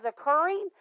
occurring